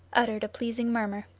uttered a pleasing murmur.